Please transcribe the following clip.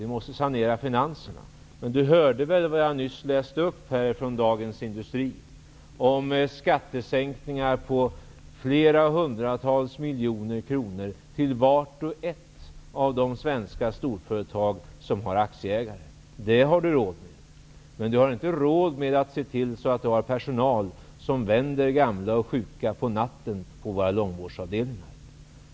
Vi måste sanera finanserna. Stefan Attefall hörde väl vad jag nyss läste upp från Dagens Industri. Det handlade om skattesänkningar på flera hundratals miljoner kronor för vart och ett av de svenska storföretag som har aktieägare. Detta har Stefan Attefall råd med, men inte att se till att det finns personal som vänder gamla och sjuka på natten på våra långvårdsavdelningar.